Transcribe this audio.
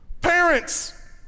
parents